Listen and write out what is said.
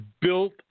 built